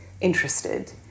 interested